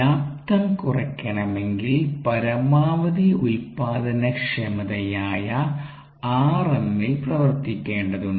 വ്യാപ്തം കുറയ്ക്കണമെങ്കിൽ പരമാവധി ഉൽപ്പാദനക്ഷമതയായ Rmൽ പ്രവർത്തിക്കേണ്ടതുണ്ട്